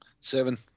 Seven